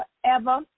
forever